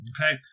Okay